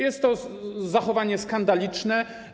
Jest to zachowanie skandaliczne.